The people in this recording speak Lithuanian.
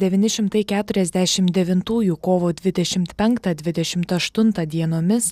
devyni šimtai keturiasdešimt devintųjų kovo dvidešimt penktą dvidešimt aštuntą dienomis